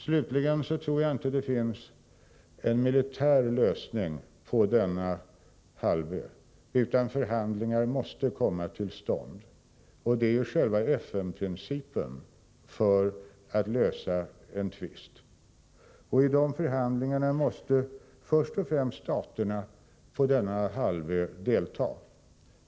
Jag tror inte att det finns en militär lösning på denna halvö, utan förhandlingar måste komma till stånd. Det är ju själva FN-principen för att lösa en tvist. I dessa förhandlingar måste först och främst staterna på denna halvö delta.